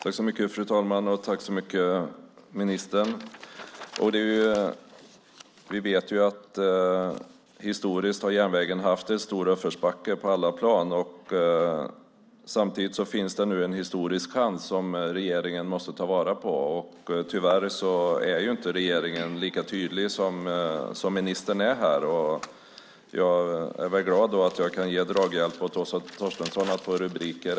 Fru talman! Tack så mycket, ministern! Vi vet ju att järnvägen under lång tid har kämpat i uppförsbacke. Nu finns det en historisk chans som regeringen måste ta vara på. Tyvärr är regeringen inte lika tydlig som ministern är här, och jag är därför glad att jag kan vara draghjälp åt Åsa Torstensson när det gäller att få rubriker.